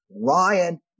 Ryan